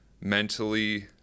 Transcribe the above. mentally